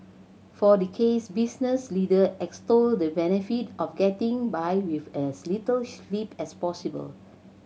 for decades business leader extolled the benefit of getting by with as little sleep as possible